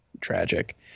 tragic